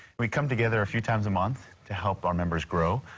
we come together a few times a month to help our members grow,